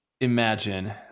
imagine